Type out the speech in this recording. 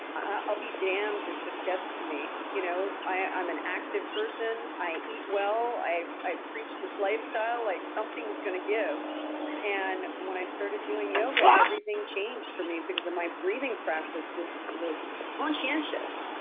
i'll be damned if this gets to me. you know i'm an active person, i eat well, i i preach this lifestyle. like something's going to give and when i started doing yoga, everything changed for me because of my breathing practice was was conscientious.